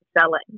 selling